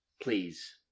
please